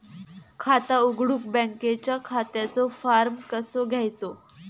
खाता उघडुक बँकेच्या खात्याचो फार्म कसो घ्यायचो?